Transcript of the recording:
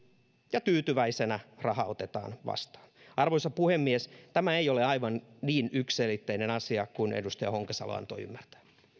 ja tyytyväisenä raha otetaan vastaan arvoisa puhemies tämä ei ole aivan niin yksiselitteinen asia kuin edustaja honkasalo antoi ymmärtää